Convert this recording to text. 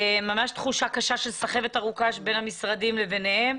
ממש תחושה קשה של סחבת ארוכה בין המשרדים לביניהם.